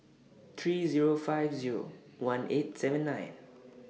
three Zero five Zero one eight seven nine